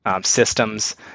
systems